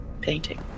painting